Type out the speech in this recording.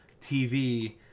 TV